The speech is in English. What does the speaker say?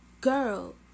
Girl